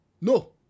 No